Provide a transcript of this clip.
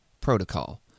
Protocol